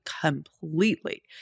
completely